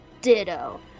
Ditto